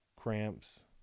cramps